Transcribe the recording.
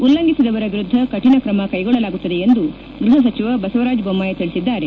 ಉಲ್ಲಂಘಿಸಿದವರ ವಿರುದ್ಧ ಕಠಿಣ ತ್ರಮ ಕೈಗೊಳ್ಳಲಾಗುತ್ತದೆ ಎಂದು ಗೃಹ ಸಚಿವ ಬಸವರಾಜ ಬೊಮ್ಮಾಯಿ ತಿಳಿಸಿದ್ದಾರೆ